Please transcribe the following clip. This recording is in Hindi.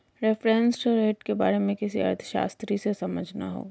रेफरेंस रेट के बारे में किसी अर्थशास्त्री से समझना होगा